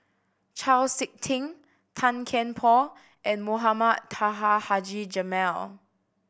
Chau Sik Ting Tan Kian Por and Mohamed Taha Haji Jamil